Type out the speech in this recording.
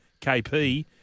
KP